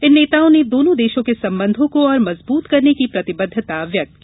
इन नेताओं ने दोनों देशों के संबंधों को और मजबूत करने की प्रतिबद्धता व्यक्त की